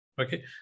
Okay